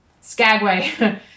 Skagway